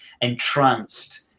entranced